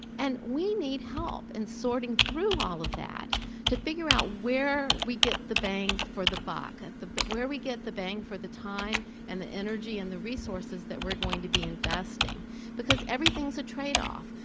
and we need help in sorting through all of that to figure out where we get the bang for the buck, but where we get the bang for the time and the energy and the resources that we're going to be investing because everything is a trade-off.